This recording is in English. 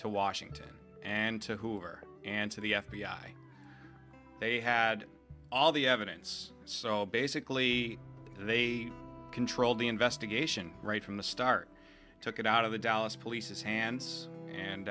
to washington and to hoover and to the f b i they had all the evidence so basically they controlled the investigation right from the start took it out of the dallas police his hands and